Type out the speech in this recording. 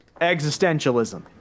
existentialism